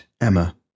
Emma